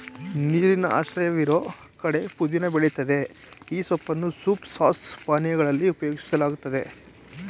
ನೀರಿನ ಆಶ್ರಯವಿರೋ ಕಡೆ ಪುದೀನ ಬೆಳಿತದೆ ಈ ಸೊಪ್ಪನ್ನು ಸೂಪ್ ಸಾಸ್ ಪಾನೀಯಗಳಲ್ಲಿ ಉಪಯೋಗಿಸಲಾಗ್ತದೆ